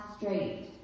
straight